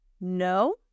No